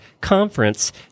conference